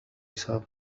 بسبب